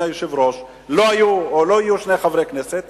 לא יהיו שני חברי כנסת,